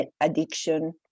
addiction